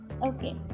Okay